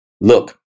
look